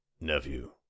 Nephew